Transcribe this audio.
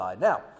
Now